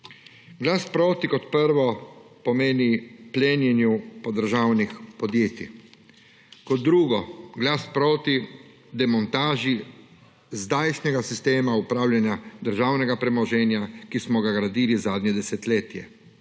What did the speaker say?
Glas proti, kot prvo, pomeni glas proti plenjenju po državnih podjetjih, kot drugo, je glas proti demontaži zdajšnjega sistema upravljanja državnega premoženja, ki smo ga gradili zadnje desetletje,